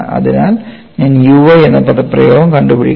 അതിനാൽ ഞാൻ u y എന്ന പദപ്രയോഗം കണ്ടുപിടിക്കണം